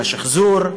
לשחזור,